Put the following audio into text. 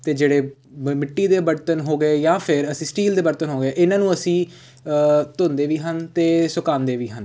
ਅਤੇ ਜਿਹੜੇ ਮਿੱਟੀ ਦੇ ਬਰਤਨ ਹੋ ਗਏ ਜਾਂ ਫਿਰ ਅਸੀਂ ਸਟੀਲ ਦੇ ਬਰਤਨ ਹੋ ਗਏ ਇਹਨਾਂ ਨੂੰ ਅਸੀਂ ਧੋਂਦੇ ਵੀ ਹਨ ਅਤੇ ਸੁਕਾਉਂਦੇ ਵੀ ਹਨ